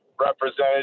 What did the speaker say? represented